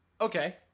Okay